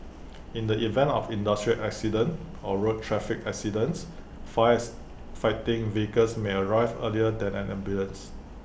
in the event of industrial accidents or road traffic accidents fires fighting vehicles may arrive earlier than an ambulance